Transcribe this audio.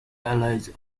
allies